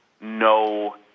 no